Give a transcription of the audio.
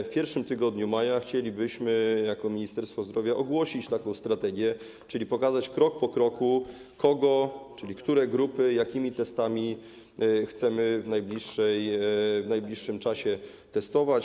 W pierwszym tygodniu maja chcielibyśmy jako Ministerstwo Zdrowia ogłosić taką strategię: pokazać krok po kroku kogo, czyli które grupy, jakimi testami chcemy w najbliższym czasie testować.